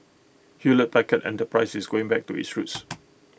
Hewlett Packard enterprise is going back to its roots